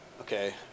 okay